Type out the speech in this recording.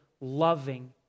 loving